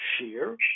shear